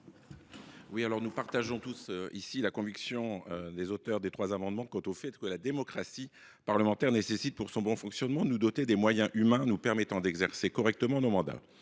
de vote. Nous partageons tous la conviction des auteurs des trois amendements quant au fait que la démocratie parlementaire implique, pour son bon fonctionnement, de nous doter des moyens humains nous permettant d’exercer correctement nos mandats.